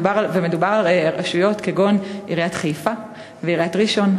ומדובר על רשויות כגון עיריית חיפה ועיריית ראשון,